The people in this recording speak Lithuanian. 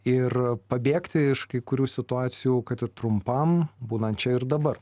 ir pabėgti iš kai kurių situacijų kad ir trumpam būnant čia ir dabar